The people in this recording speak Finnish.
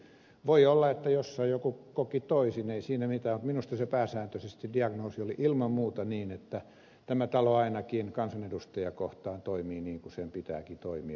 voi olla että jossain joku koki toisin ei siinä mitään mutta minusta pääsääntöisesti diagnoosi oli ilman muuta se että tämä talo ainakin kansanedustajia kohtaan toimii niin kuin sen pitääkin toimia